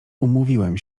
umówiłem